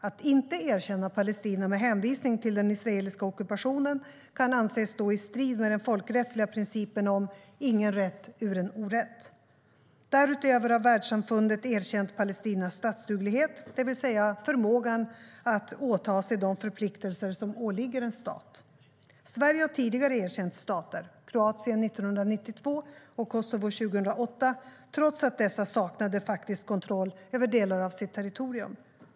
Att inte erkänna Palestina med hänvisning till den israeliska ockupationen kan anses stå i strid med den folkrättsliga principen om "ingen rätt ur en orätt". Därutöver har världssamfundet erkänt Palestinas statsduglighet, det vill säga förmåga att åta sig de förpliktelser som åligger en stat. Sverige har tidigare erkänt stater - Kroatien 1992 och Kosovo 2008 - trots att dessa saknade faktisk kontroll över delar av sitt territorium.